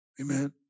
Amen